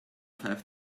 five